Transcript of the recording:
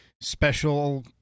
special